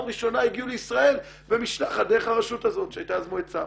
ראשונה הם הגיעו לישראל במשלחת דרך הרשות הזאת שהייתה אז מועצה.